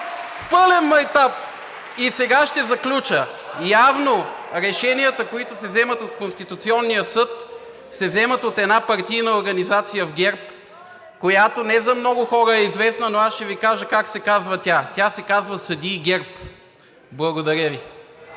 МИХНЕВ: И сега ще заключа – явно решенията, които се вземат от Конституционния съд, се вземат от една партийна организация в ГЕРБ, която не за много хора е известно, но аз ще Ви кажа как се казва тя – тя се казва „Съдии ГЕРБ“. Благодаря Ви.